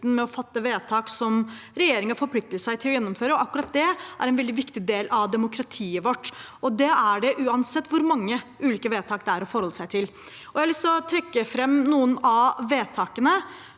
med å fatte vedtak som regjeringen forplikter seg til å gjennomføre. Akkurat det er en veldig viktig del av demokratiet vårt, og det er det uansett hvor mange ulike vedtak det er å forholde seg til. Jeg har lyst til å trekke fram noen av vedtakene.